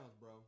bro